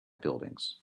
buildings